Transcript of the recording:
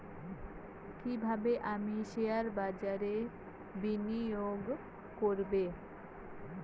কিভাবে আমি শেয়ারবাজারে বিনিয়োগ করবে?